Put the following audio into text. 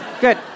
Good